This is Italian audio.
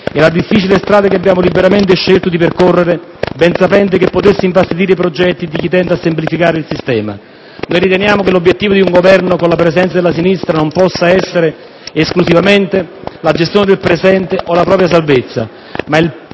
È la difficile strada che abbiamo liberamente scelto di percorrere, ben sapendo che potesse infastidire i progetti di chi tende a semplificare il sistema. Noi riteniamo che l'obiettivo di un Governo con la presenza della sinistra non possa essere esclusivamente la gestione del presente o la propria salvezza, ma è